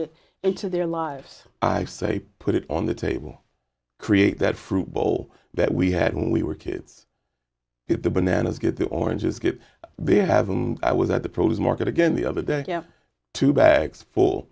it into their lives i say put it on the table create that fruit bowl that we had when we were kids if the bananas get the oranges get they have a i was at the pros market again the other day two bags for